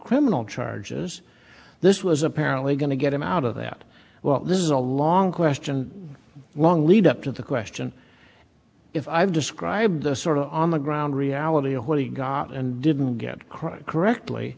criminal charges this was apparently going to get him out of that well this is a long question long lead up to the question if i've described the sort of on the ground reality of what he got and didn't get crime correctly